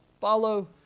follow